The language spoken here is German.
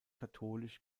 katholisch